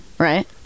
Right